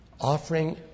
offering